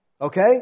Okay